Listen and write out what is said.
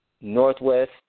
northwest